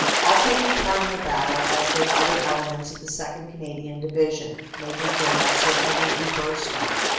all taking part in the battle, as did other elements of the second. canadian division, maj general sir henry e. burstall.